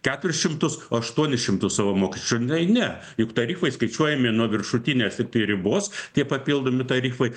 keturis šimtus o aštuonis šimtus savo mokesčių tai ne juk tarifai skaičiuojami nuo viršutinės tiktai ribos tie papildomi tarifai